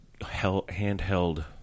handheld